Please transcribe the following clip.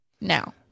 now